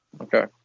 Okay